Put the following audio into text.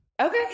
Okay